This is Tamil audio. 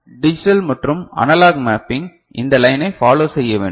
டிஜிட்டல் மற்றும் அனலாக் மேபிங் இந்த லைனை பாலோ செய்ய வேண்டும்